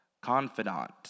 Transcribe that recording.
Confidant